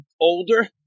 older